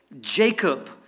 Jacob